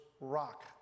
Rock